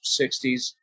60s